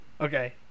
Okay